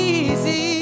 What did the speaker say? easy